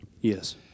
Yes